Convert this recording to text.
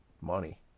money